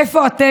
איפה אתם?